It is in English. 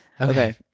Okay